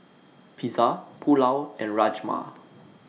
Pizza Pulao and Rajma